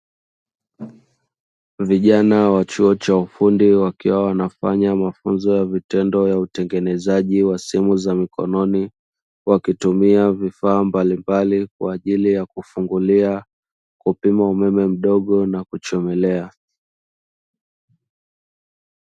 Vijana wa chuo cha ufundi wakiwa wanafanya mafunzo ya vitendo ya kutengenezaji wa simu za mkononi wakitumia vifaa mbalimbali kwa ajili ya kufungulia, kupima umeme mdogo na kuchomelea.